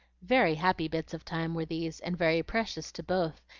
very happy bits of time were these, and very precious to both,